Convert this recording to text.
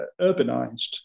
urbanized